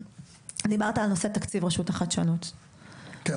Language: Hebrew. דיברת על נושא תקציב רשות החדשנות --- כן,